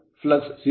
ಆ Ra 0